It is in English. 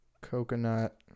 coconut